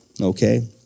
okay